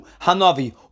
Hanavi